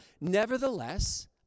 Nevertheless